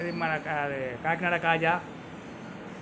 ఇది మన కాకినాడ కాజా